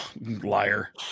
Liar